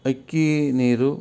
ಅಕ್ಕಿ ನೀರು